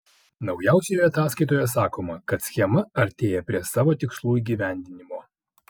naujausioje ataskaitoje sakoma kad schema artėja prie savo tikslų įgyvendinimo